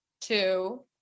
two